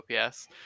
OPS